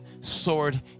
sword